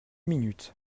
minutes